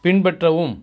பின்பற்றவும்